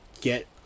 get